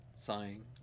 Sighing